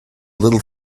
little